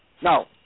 Now